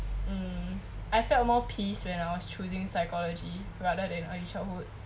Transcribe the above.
mm I felt more peace when I was choosing psychology rather than early childhood